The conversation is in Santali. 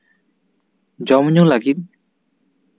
ᱡᱚᱢ ᱧᱩ ᱞᱟᱹᱜᱤᱫ